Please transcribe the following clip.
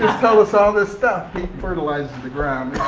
just told us all this stuff. he fertilizes the ground